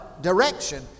direction